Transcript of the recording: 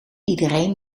iedereen